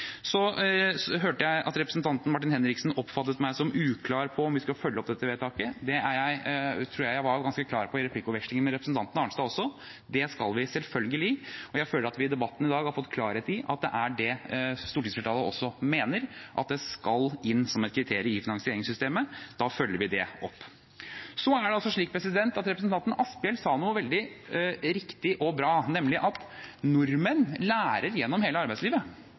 Så hørte jeg at representanten Martin Henriksen oppfattet meg som uklar på om vi skal følge opp dette vedtaket. Det tror jeg at jeg var ganske klar på i replikkvekslingen med representanten Arnstad også: Det skal vi selvfølgelig. Jeg føler at vi i debatten i dag har fått klarhet i at det er det stortingsflertallet også mener, at det skal inn som et kriterium i finansieringssystemet. Da følger vi det opp. Representanten Asphjell sa noe veldig riktig og bra, nemlig at nordmenn lærer gjennom hele arbeidslivet.